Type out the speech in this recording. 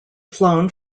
flown